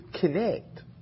connect